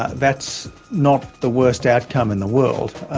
that's not the worst outcome in the world.